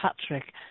Patrick